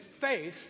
face